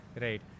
Right